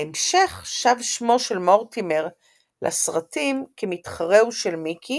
בהמשך שב שמו של מורטימר לסרטים, כמתחרהו של מיקי